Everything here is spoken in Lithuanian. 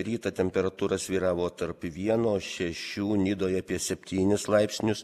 rytą temperatūra svyravo tarp vieno šešių nidoj apie septynis laipsnius